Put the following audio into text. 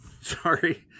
Sorry